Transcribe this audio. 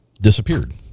disappeared